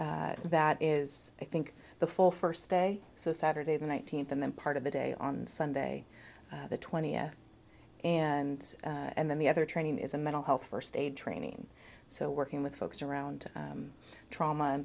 and that is i think the full first day so saturday the nineteenth and then part of the day on sunday the twentieth and then the other training is a mental health first aid training so working with folks around trauma and